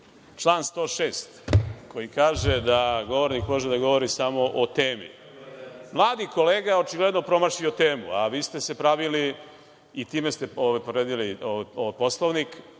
Član 106. koji kaže da govornik može da govori samo o temi. Mladi kolega je očigledno promašio temu, a vi ste se pravili, i time ste povredili Poslovnik,